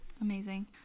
Amazing